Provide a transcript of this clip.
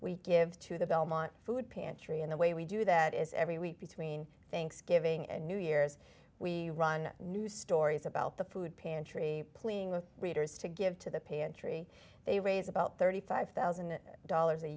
we give to the belmont food pantry and the way we do that is every week between thanksgiving and new year's we run new stories about the food pantry playing with readers to give to the pantry they raise about thirty five thousand dollars a